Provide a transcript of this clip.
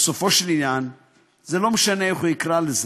בסופו של עניין לא משנה איך הוא יקרא לזה: